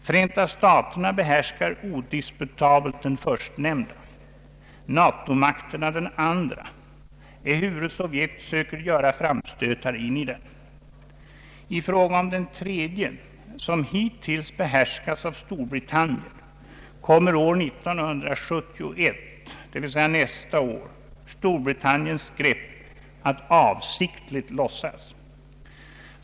Förenta staterna behärskar odisputabelt den förstnämnda, Natomakterna den andra, ehuru Sovjet söker göra framstötar in i den. I fråga om den tredje, som hittills behärskats av Storbritannien, kommer år 1971, d.v.s. nästa år, Storbritanniens grepp att avsiktligt lossas.